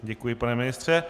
Děkuji, pane ministře.